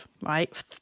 right